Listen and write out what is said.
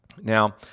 Now